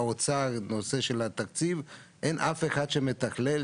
האוצר את הנושא של התקציב ואין אף אחד שמתכלל,